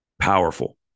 Powerful